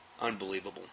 Unbelievable